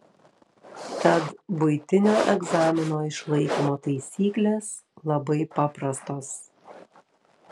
tad buitinio egzamino išlaikymo taisyklės labai paprastos